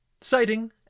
Citing